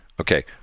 Okay